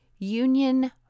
Union